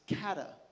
kata